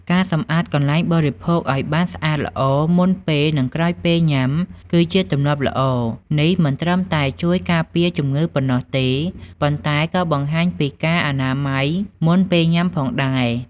ការសម្អាតកន្លែងបរិភោគឲ្យបានស្អាតល្អមុនពេល និងក្រោយពេលញ៉ាំ គឺជាទម្លាប់ល្អ នេះមិនត្រឹមតែជួយការពារជំងឺប៉ុណ្ណោះទេ ប៉ុន្តែក៏បង្ហាញពីការអនាម័យមុនពេលញាំផងដែរ។